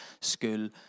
school